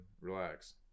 relax